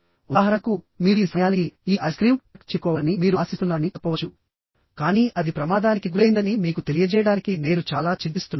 ఉదాహరణకుమీరు ఈ సమయానికి ఈ ఐస్ క్రీం ట్రక్ చేరుకోవాలని మీరు ఆశిస్తున్నారని చెప్పవచ్చుకానీ అది ప్రమాదానికి గురైందని మీకు తెలియజేయడానికి నేను చాలా చింతిస్తున్నాను